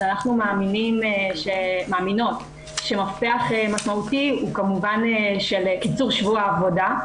אנחנו מאמינות שמפתח משמעותי הוא כמובן של קיצור שבוע העבודה,